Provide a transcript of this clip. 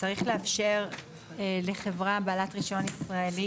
צריך לאפשר לחברה בעלת רישיון ישראלי